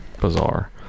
bizarre